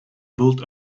built